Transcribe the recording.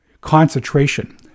concentration